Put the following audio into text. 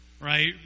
Right